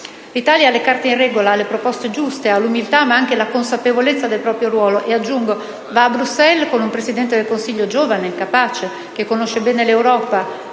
L'Italia ha le carte in regola, ha le proposte giuste, ha l'umiltà ma anche la consapevolezza del proprio ruolo e, aggiungo, va a Bruxelles con un Presidente del Consiglio giovane, che conosce bene l'Europa,